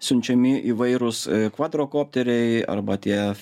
siunčiami įvairūs kvadrokopteriai arba tie